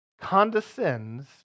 condescends